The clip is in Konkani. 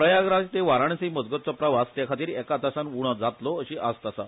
प्रयागराज ते वाराणसी मजगतचो प्रवास तेखातीर एका तासान उणो जातलो अशी आस्त आसा